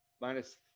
Minus